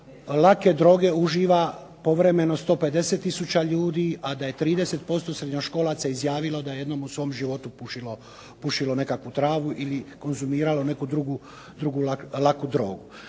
lake droge uživa povremeno 150 tisuća ljudi, a da je 30% srednjoškolaca izjavilo da je jednom u svom životu pušilo nekakvu travu ili konzumiralo neku drugu laku drogu.